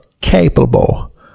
capable